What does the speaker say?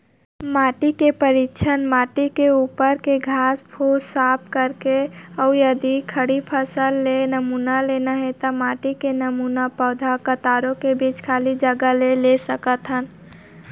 माटी परीक्षण कइसे करवा सकत हन?